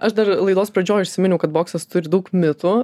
aš dar laidos pradžioj užsiminiau kad boksas turi daug mitų